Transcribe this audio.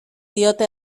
diote